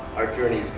our journey